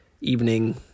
evening